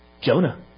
Jonah